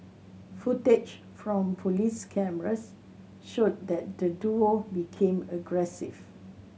footage from police cameras showed that the duo became aggressive